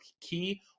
key